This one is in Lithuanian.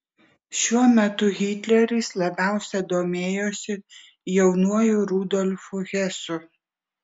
šiuo metu hitleris labiausiai domėjosi jaunuoju rudolfu hesu